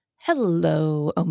Hello